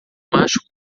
macho